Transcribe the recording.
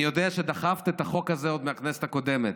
אני יודע שדחפת את החוק הזה עוד מהכנסת הקודמת,